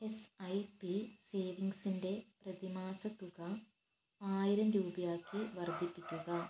S I P സേവിങ്സിൻ്റെ പ്രതിമാസ തുക ആയിരം രൂപയാക്കി വർദ്ധിപ്പിക്കുക